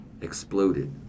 exploded